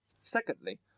Secondly